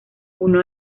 uno